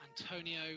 Antonio